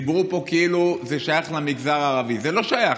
דיברו פה כאילו זה שייך למגזר הערבי, זה לא שייך.